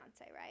right